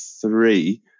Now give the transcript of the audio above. three